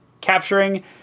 capturing